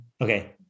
okay